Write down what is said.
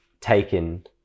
taken